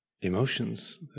emotions